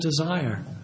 desire